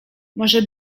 może